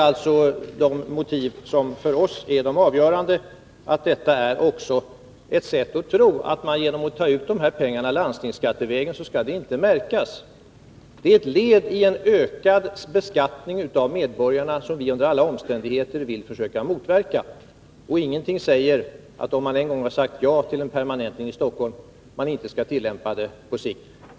Ett motiv som för oss är avgörande är att det finns en tro att om man tar ut pengarna landstingsskattevägen skall det inte märkas. Men detta är ett led i en ökad beskattning av medborgarna, som vi under alla omständigheter vill försöka motverka. Ingenting säger att man, om man en gång har sagt ja till en permanentning i Stockholm, inte skall tillämpa denna också på sikt i landet i övrigt.